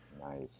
Nice